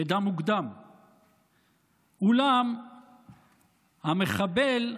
אולם המחבל,